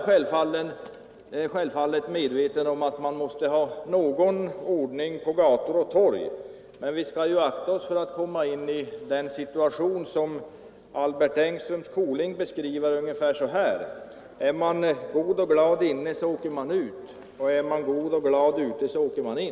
Självfallet är jag medveten om att man måste ha någon ordning på gator och torg, men vi skall akta oss för att komma in i den situation som Albert Engströms koling beskriver ungefär så här: Är man god och glad inne så åker man ut, och är man god och glad ute så åker man in.